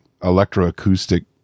electroacoustic